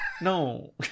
No